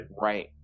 Right